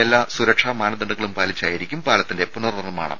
എല്ലാ സുരക്ഷാ മാനദണ്ഡങ്ങളും പാലിച്ചായിരിക്കും പാലത്തിന്റെ പുനർ നിർമ്മാണം